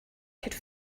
could